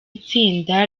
itsinda